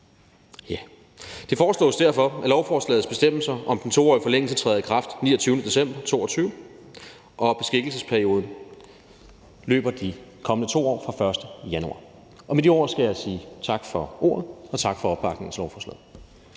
Det foreslås derfor, at lovforslagets bestemmelser om den 2-årige forlængelse træder i kraft den 29. december 2022, og at beskikkelsesperioden løber i de kommende 2 år fra den 1. januar. Med de ord skal jeg sige tak for ordet og tak for opbakningen til lovforslaget.